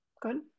Good